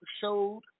showed